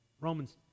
Romans